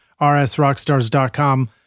rsrockstars.com